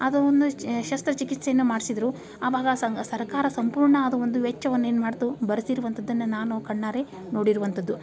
ಅದು ಒಂದು ಚ ಶಸ್ತ್ರಚಿಕಿತ್ಸೆಯನ್ನು ಮಾಡಿಸಿದ್ರು ಅವಾಗ ಸರ್ಕಾರ ಸಂಪೂರ್ಣ ಅದು ಒಂದು ವೆಚ್ಚವನ್ನು ಏನು ಮಾಡಿತು ಭರಿಸಿರುವಂಥದನ್ನ ನಾನು ಕಣ್ಣಾರೆ ನೋಡಿರುವಂಥದ್ದು